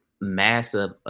massive